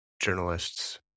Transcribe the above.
journalists